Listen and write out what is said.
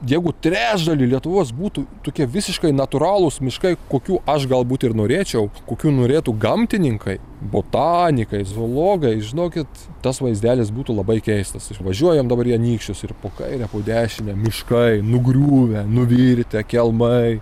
jeigu trečdalį lietuvos būtų tokie visiškai natūralūs miškai kokių aš galbūt ir norėčiau kokių norėtų gamtininkai botanikai zoologai žinokit tas vaizdelis būtų labai keistas išvažiuojam dabar į anykščius ir po kairę po dešinę miškai nugriuvę nuvirtę kelmai